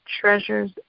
treasures